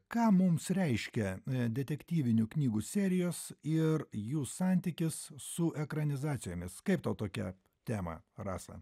ką mums reiškia detektyvinių knygų serijos ir jų santykis su ekranizacijomis kaip tau tokia tema rasa